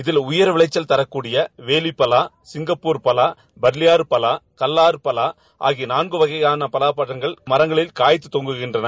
இதில் உயர் விளைச்சல் தரக்கூடிய வேலிப்பவா சிங்கப்பூர் பவா பள்ளியாறு பவா கல்வார் பலா ஆகிய நான்கு வகையான பலாப்பழங்கள் மரங்களில் காய்த்து தொங்குகின்றன